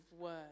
word